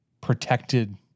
protected